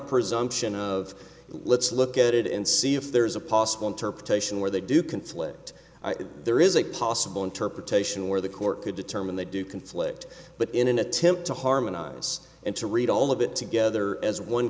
presumption of let's look at it and see if there's a possible interpretation where they do conflict there is a possible interpretation where the court could determine they do conflict but in an attempt to harmonize and to read all of it together as one